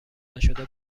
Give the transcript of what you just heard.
نشده